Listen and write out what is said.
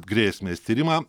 grėsmės tyrimą